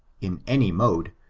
in any mode,